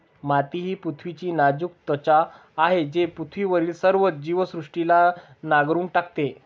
माती ही पृथ्वीची नाजूक त्वचा आहे जी पृथ्वीवरील सर्व जीवसृष्टीला नांगरून टाकते